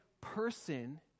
person